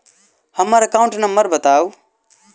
हम्मर account number बताऊ?